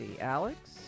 Alex